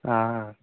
آ آ